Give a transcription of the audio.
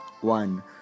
One